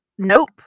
Nope